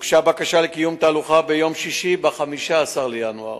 הוגשה בקשה לקיום תהלוכה ביום שישי, ב-15 בינואר,